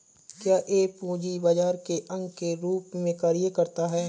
क्या यह पूंजी बाजार के अंग के रूप में कार्य करता है?